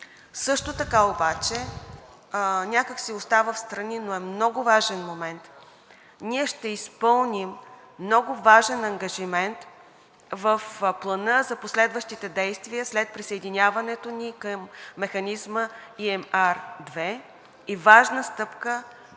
Също така обаче някак си остава встрани, но е много важен момент, ние ще изпълним много важен ангажимент в Плана за последващите действия след присъединяването ни към механизма ЕRM II и важна стъпка